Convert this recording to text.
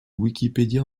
wikipédia